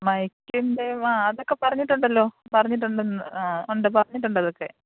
മൈക്കിന്റെ അതൊക്കെ പറഞ്ഞിട്ടുണ്ടല്ലോ പറഞ്ഞിട്ടുണ്ടെന്ന് ആ ഉണ്ട് പറഞ്ഞിട്ടുണ്ട് അതൊക്കെ